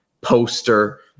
poster